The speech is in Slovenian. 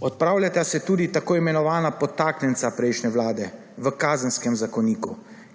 Odpravljata se tudi tako imenovana podtaknjenca prejšnje vlade v Kazenskem zakoniku,